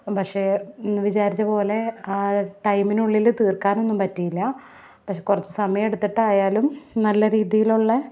പക്ഷെ വിചാരിച്ച പോലെ ആ ടൈമിനുള്ളിൽ തീർക്കാനൊന്നും പറ്റില്ല പക്ഷെ കുറച്ചു സമയമെടുത്തിട്ടായാലും നല്ല രീതിയിലുള്ള